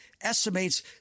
estimates